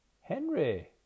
Henry